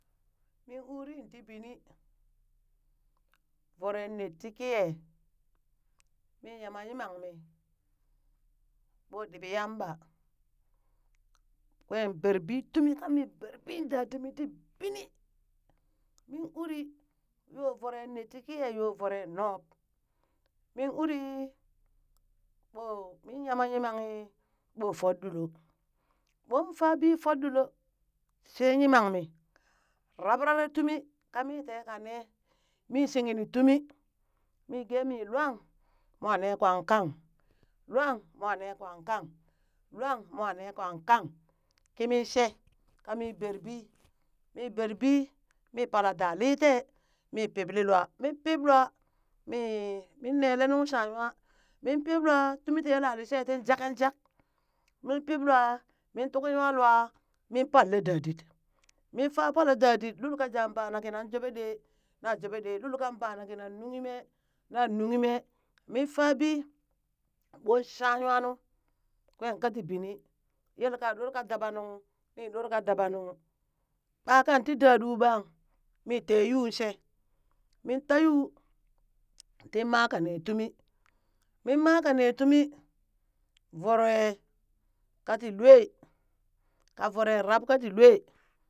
Min uri ti bini voroe net tii kiya mi yama yimang mi ɓoo ɗiɓi yamba, kwee bere bi tumi ka bere bi dadimi ti bini, min uri yoo voro net ti kiya yoo voroe nub, min urii ɓoo mi yama yimanghi ɓo fol ɗuloo, ɓon fa bi fole ɗulo shee yimang mi, rabrare tumi ka mi tee ka nee mi shinghi ni tumi migemee lwan moo ne kwa kang. lwan moo nee kwa kang, lwan moo nee kwa kang, kimi shee kami bere bi mi beree bii mii pala da litee, mi pipli lwaa min pip lwaa mii min nele nuŋ sha nwa, min pip lwa tumi ti yele lishee tin jakeng jank, min piplwaa min tuki nwa lwaa min palle dadit, min fa pala dadit lul kajaa bana kinan jubee ɗee, na jubee ɗee, lul kan jaa bana kinan nunghi mee, na nunghi mee, min fa bi ɓon sha nwaan nu kwan kati binii, yelka doree ka dabanung ni ɗoree ka dabanung, ɓa kan ti daɗu ɓang mii tee yuu shee, min ta yuu, tin maka nee tumi, min maka nee tumi voree kati lwee voree kan rab kati lwee.